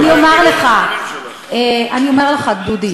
יהיו עוד דיונים על החוק, אני אומר לך, דודי.